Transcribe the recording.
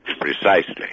precisely